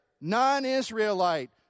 non-Israelite